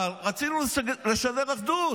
לא, רצינו ממשלת אחדות.